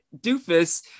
doofus